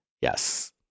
Yes